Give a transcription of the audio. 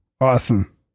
Awesome